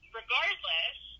regardless